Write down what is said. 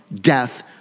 death